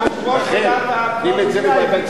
אבל את רוצה כסף, הרי חסר כסף.